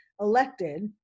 elected